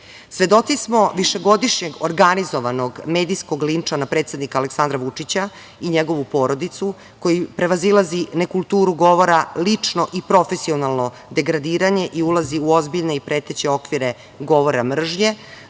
smo višegodišnjeg organizovanog medijskog linča na predsednika Aleksandra Vučića i njegovu porodicu, koji prevazilazi nekulturu govora, lično i profesionalno degradiranje i ulazi u ozbiljne i preteće okvire govora mržnje,